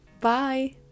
Bye